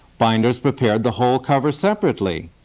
binders prepared the whole cover separately,